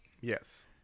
Yes